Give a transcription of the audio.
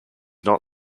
not